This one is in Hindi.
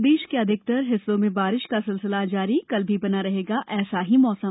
प्रदेश के अधिकतर हिस्सों में बारिश का सिलसिला जारी कल भी बना रहेगा ऐसा ही मौसम